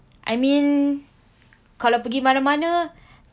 I mean kalau pergi mana-mana